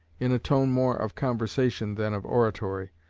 in a tone more of conversation than of oratory,